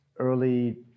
early